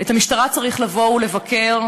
את המשטרה צריך לבוא ולבקר,